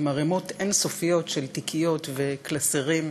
עם ערימות אין-סופיות של תיקיות וקלסרים,